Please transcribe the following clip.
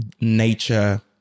Nature